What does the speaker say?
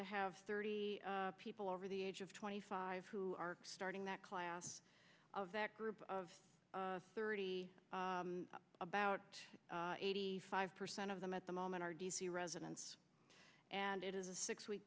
to have thirty people over the age of twenty five who are starting that class of that group of thirty about eighty five percent of them at the moment are d c residents and it is a six week